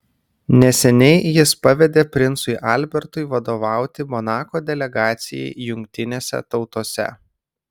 neseniai jis pavedė princui albertui vadovauti monako delegacijai jungtinėse tautose